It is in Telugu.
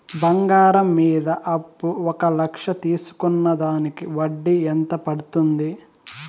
బంగారం మీద అప్పు ఒక లక్ష తీసుకున్న దానికి వడ్డీ ఎంత పడ్తుంది?